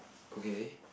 okay